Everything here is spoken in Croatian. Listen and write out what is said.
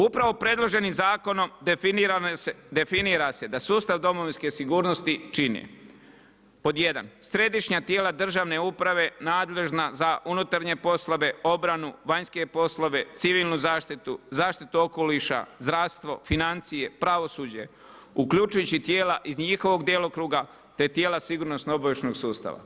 Upravo predloženim zakonom definira se da sustav Domovinske sigurnosti čini pod jedan, središnja tijela državne uprave nadležna za unutarnje poslove, obranu, vanjske poslove, civilnu zaštitu, zaštitu okoliša, zdravstvo, financije, pravosuđe uključujući tijela iz njihovog djelokruga te tijela sigurnosno-obavještajnog sustava.